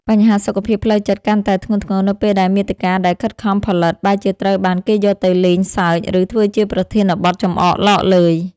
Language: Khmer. បញ្ហាសុខភាពផ្លូវចិត្តកាន់តែធ្ងន់ធ្ងរ នៅពេលដែលមាតិកាដែលខិតខំផលិត បែរជាត្រូវបានគេយកទៅលេងសើច ឬធ្វើជាប្រធានបទចំអកឡកឡើយ។